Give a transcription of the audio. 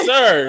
Sir